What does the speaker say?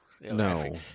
No